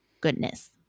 goodness